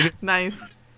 Nice